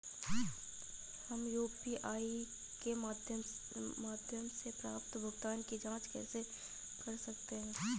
हम यू.पी.आई के माध्यम से प्राप्त भुगतान की जॉंच कैसे कर सकते हैं?